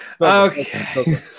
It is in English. Okay